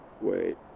Wait